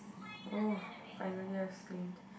oh finally a slained